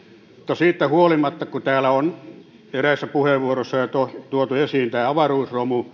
no siitä huolimatta kun täällä on eräissä puheenvuoroissa tuotu esiin tämä avaruusromu